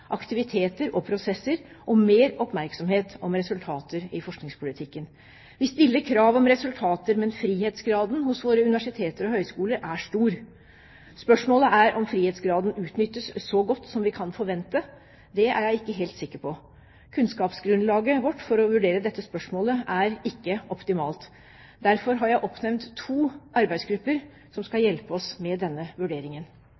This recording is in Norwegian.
aktiviteter og prosesser og mer oppmerksomhet om resultater i forskningspolitikken. Vi stiller krav om resultater, men frihetsgraden hos våre universiteter og høyskoler er stor. Spørsmålet er om frihetsgraden utnyttes så godt som vi kan forvente. Det er jeg ikke helt sikker på. Kunnskapsgrunnlaget vårt for å vurdere dette spørsmålet er ikke optimalt. Derfor har jeg oppnevnt to arbeidsgrupper som skal hjelpe oss med denne vurderingen.